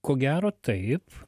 ko gero taip